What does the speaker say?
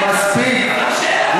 מספיק, מספיק.